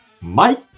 Mike